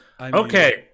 Okay